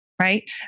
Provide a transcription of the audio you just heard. Right